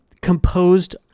composed